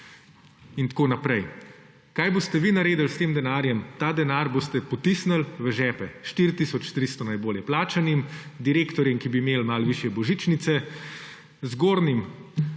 in tako naprej. Kaj boste vi naredili s tem denarjem? Ta denar boste potisnili v žepe 4 tisoč 300 najbolje plačanim, direktorjem, ki bi imeli malo višje božičnice, zgornjim